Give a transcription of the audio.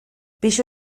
pisu